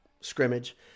scrimmage